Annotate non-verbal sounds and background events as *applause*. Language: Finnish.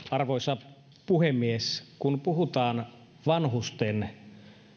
*unintelligible* arvoisa puhemies kun puhutaan vanhusten